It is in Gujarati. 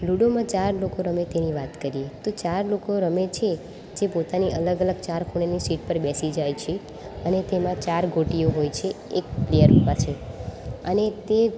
લૂડોમાં ચાર લોકો રમે તેની વાત કરીએ તો ચાર લોકો રમે છે જે પોતાની અલગ અલગ ચાર ખૂણાની સીટ પર બેસી જાય છે અને તેમાં ચાર ગોટીઓ હોય છે એક પ્લેયર પાસે અને તે